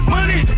Money